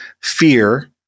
fear